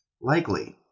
Likely